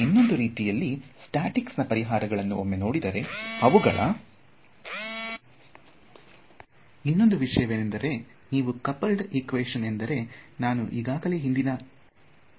ಎಕೆಂದರೆ ತರಂಗಗಳು ಚಲಿಸಬಹುದು